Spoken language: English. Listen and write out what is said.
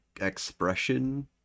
expression